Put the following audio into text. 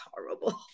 horrible